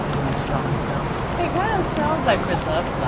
and very strong smell. it kind of smells like preserved plums.